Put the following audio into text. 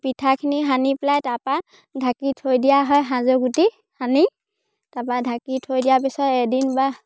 পিঠাখিনি সানি পেলাই তাৰপৰা ঢাকি থৈ দিয়া হয় সাজৰ গুটি সানি তাৰপৰা ঢাকি থৈ দিয়াৰ পিছত এদিন বা